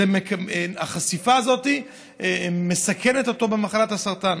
החשיפה הזאת מסכנת אותו במחלת הסרטן.